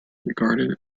regarded